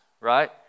right